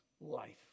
life